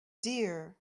dear